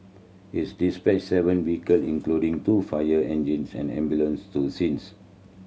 it dispatched seven vehicle including two fire engines and ambulance to scenes